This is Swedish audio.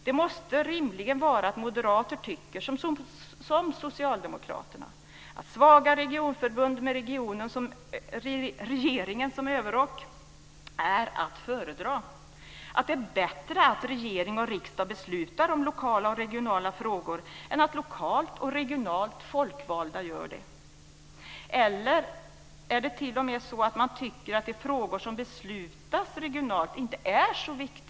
Det måste rimligen vara så att moderater tycker som socialdemokraterna, dvs. att svaga regionförbund med regeringen som överrock är att föredra och att det är bättre att regering och riksdag beslutar om lokala och regionala frågor än att lokalt och regionalt folkvalda gör det. Är det t.o.m. så att man tycker att frågor som beslutas regionalt inte är så viktiga?